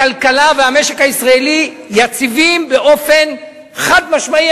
הכלכלה והמשק הישראלי יציבים באופן חד-משמעי,